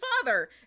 father